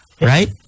right